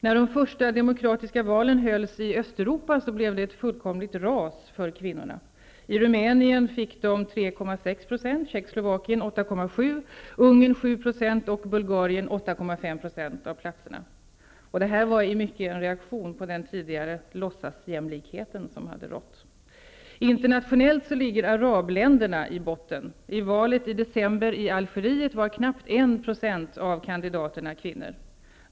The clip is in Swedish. När de första demokratiska valen hölls i Östeuropa blev det ett fullkomligt ras för kvinnorna. I Rumänien fick de 3,6 %, i Tjeckoslovakien 8,7 %, i Ungern 7 % och i Bulgarien 8,5 % av platserna. Detta var i mycket en reaktion på den ''låtsasjämlikhet'' som tidigare hade rått. Internationellt ligger arabländerna i botten. I valet i december i Algeriet var knappt 1 % av kandidaterna kvinnor.